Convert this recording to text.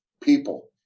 people